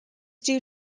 due